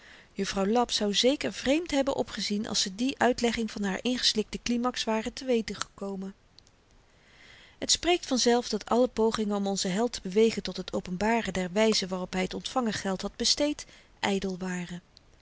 juffrouw laps zou zeker vreemd hebben opgezien als ze die uitlegging van haar ingeslikten klimax ware te weten gekomen t spreekt vanzelf dat alle pogingen om onzen held te bewegen tot het openbaren der wyze waarop hy t ontvangen geld had besteed ydel waren